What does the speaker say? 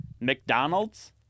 McDonald's